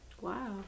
Wow